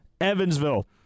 Evansville